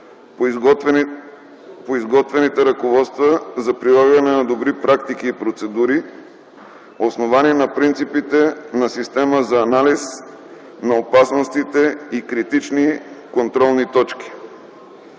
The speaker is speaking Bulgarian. по изготвените ръководства за прилагане на добри практики и процедури, основани на принципите на система за анализ на опасностите и критични контролни точки.